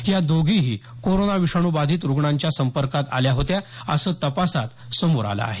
या दोघीही कोरोना विषाणू बाधित रुग्णांच्या संपर्कात आल्या होत्या असं तपासात समोर आलं आहे